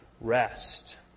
rest